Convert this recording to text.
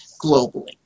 globally